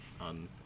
on